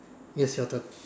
yes your turn